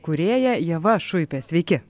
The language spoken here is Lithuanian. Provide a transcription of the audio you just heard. kūrėja ieva šuipė sveiki